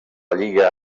lliga